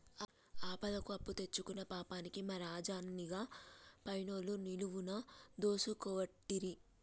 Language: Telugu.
ఆపదకు అప్పుదెచ్చుకున్న పాపానికి మా రాజన్ని గా పైనాన్సోళ్లు నిలువున దోసుకోవట్టిరి